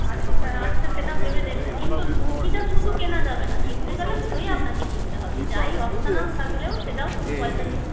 আচ্ছা সেটা ভেবে দেখবো কিন্তু লুচিটা শুধু কেনা যাবে না কিনতে গেলে দুটোই আপনাকে কিনতে হবে যাই অপশানাল থাকলেও সেটাও পয়সা দিয়ে